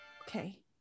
Okay